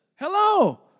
Hello